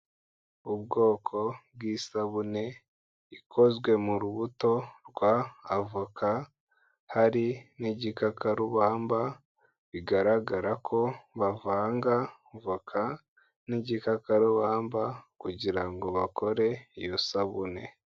Ubwoko bw'isabune, ikozwe mu rubuto rwa avoka, hari n'igikakarubamba, bigaragara ko bavanga voka n'igikakarubamba kugira ngo bakore iyo sabune.